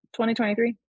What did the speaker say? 2023